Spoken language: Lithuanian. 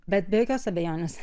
bet be jokios abejonės